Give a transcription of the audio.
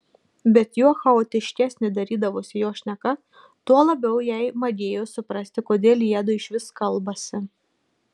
bet juo chaotiškesnė darydavosi jo šneka tuo labiau jai magėjo suprasti kodėl jiedu išvis kalbasi